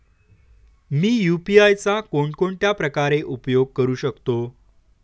मी UPI चा कोणकोणत्या प्रकारे उपयोग करू शकतो?